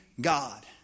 God